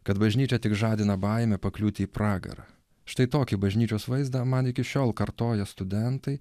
kad bažnyčia tik žadina baimę pakliūti į pragarą štai tokį bažnyčios vaizdą man iki šiol kartoja studentai